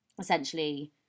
essentially